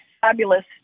fabulous